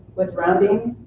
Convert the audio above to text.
with rounding,